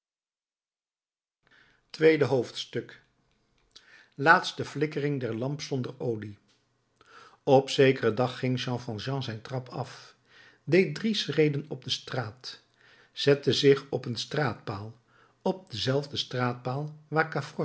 tweede hoofdstuk laatste flikkering der lamp zonder olie op zekeren dag ging jean valjean zijn trap af deed drie schreden op de straat zette zich op een straatpaal op denzelfden